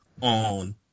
on